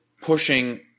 pushing